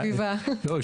מותו,